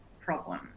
problem